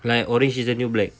like orange is the new black